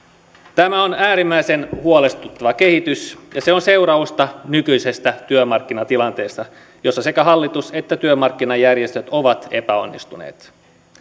tämä on äärimmäisen huolestuttava kehitys ja se on seurausta nykyisestä työmarkkinatilanteesta jossa sekä hallitus että työmarkkinajärjestöt ovat epäonnistuneet